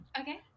Okay